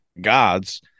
gods